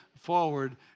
forward